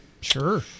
Sure